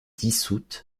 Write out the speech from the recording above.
dissoute